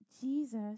Jesus